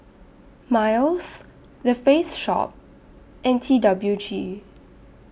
Miles The Face Shop and T W G